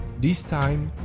this time,